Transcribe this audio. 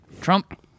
Trump